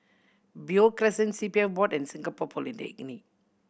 Beo Crescent C P F Board and Singapore Polytechnic